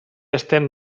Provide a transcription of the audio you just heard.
estem